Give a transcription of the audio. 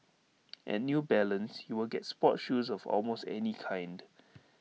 at new balance you will get sports shoes of almost any kind